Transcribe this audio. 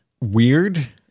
weird